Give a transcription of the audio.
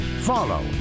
Follow